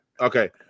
Okay